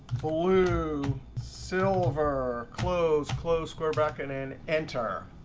blue, silver, close, close square back, and and enter.